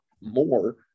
more